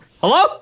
Hello